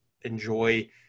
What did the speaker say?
enjoy